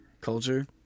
Culture